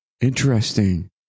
Interesting